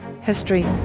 history